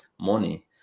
money